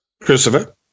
Christopher